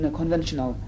conventional